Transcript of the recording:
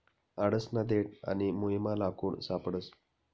आडसना देठ आणि मुयमा लाकूड सापडस